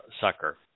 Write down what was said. sucker